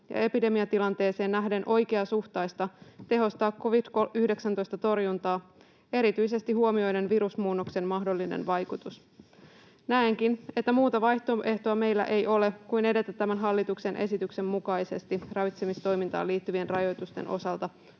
ja epidemiatilanteeseen nähden oikeasuhtaista tehostaa covid-19-torjuntaa erityisesti huomioiden virusmuunnoksen mahdollinen vaikutus. Näenkin, että muuta vaihtoehtoa meillä ei ole kuin edetä tämän hallituksen esityksen mukaisesti ravitsemistoimintaan liittyvien rajoitusten osalta,